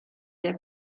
der